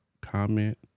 comment